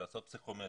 של לעשות פסיכומטרי,